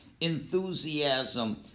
enthusiasm